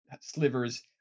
slivers